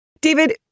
David